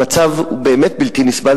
המצב הוא באמת בלתי נסבל,